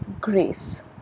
grace